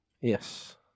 Yes